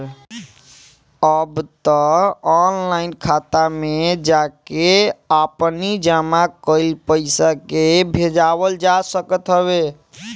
अब तअ ऑनलाइन खाता में जाके आपनी जमा कईल पईसा के भजावल जा सकत हवे